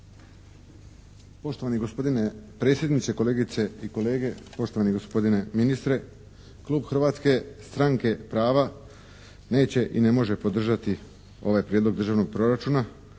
Poštovani gospodine predsjedniče. kolegice i kolege, poštovani gospodine ministre. Klub Hrvatske stranke prava neće i ne može podržati ovaj prijedlog državnog proračuna